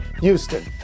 Houston